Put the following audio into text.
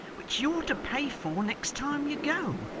which you're to pay for next time you go,